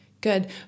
good